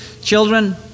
children